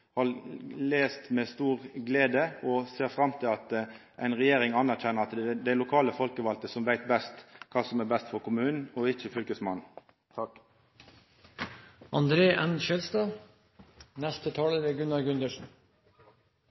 har lese med stor glede. Dei ser fram til at ei regjering anerkjenner at det er dei lokale folkevalde som veit best kva som er best for kommunen, og ikkje Fylkesmannen.